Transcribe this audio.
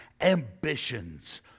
ambitions